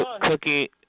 Cookie